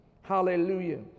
Hallelujah